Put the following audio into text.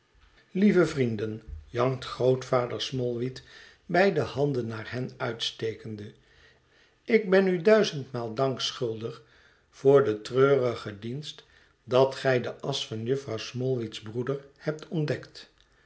lieve vrienden jankt grootvader smallweed beide handen naar hen uitstekende ik ben u duizendmaal dank schuldig voor den treurigon dienst dat gij de asch van jufvrouw smallweed's broeder hebt ontdekt